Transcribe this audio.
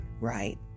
right